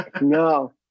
no